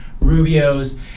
Rubio's